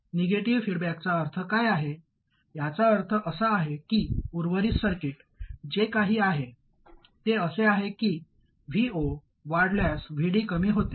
negative फीडबॅकचा अर्थ काय आहे याचा अर्थ असा आहे की उर्वरित सर्किट जे काही आहे ते असे आहे की Vo वाढल्यास Vd कमी होते